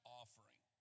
offering